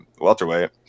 welterweight